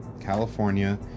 California